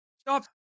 stop